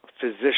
physician